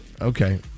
Okay